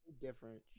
different